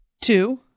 Two